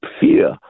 fear